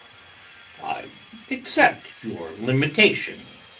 i accept your limitation,